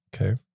Okay